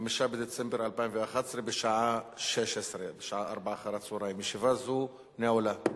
5 בדצמבר 2011, בשעה 16:00. ישיבה זו נעולה.